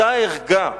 אותה ערגה